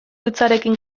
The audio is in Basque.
hitzarekin